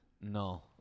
No